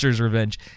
revenge